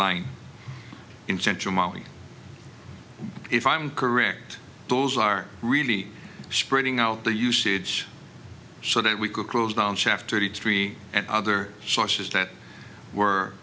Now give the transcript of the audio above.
line in general molly if i'm correct those are really spreading out the usage so that we could close down shaft thirty three and other sources that were